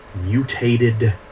mutated